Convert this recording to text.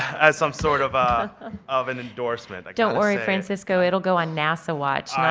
as some sort of ah of an endorsement. don't worry francisco, it'll go on nasa watch.